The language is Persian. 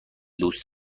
دوست